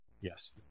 Yes